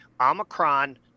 Omicron